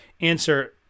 Answer